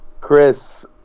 Chris